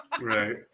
Right